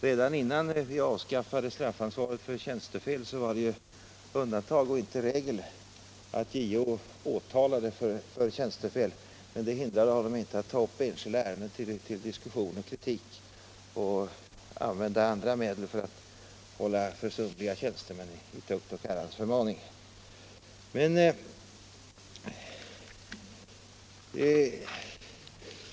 Redan innan vi avskaffade straffansvaret för tjänstefel var det undantag och inte regel att JO åtalade för tjänstefel, men det hindrade honom inte att ta upp enskilda ärenden till diskussion och kritik och använda andra medel för att hålla försumliga tjänstemän i tukt och Herrans förmaning.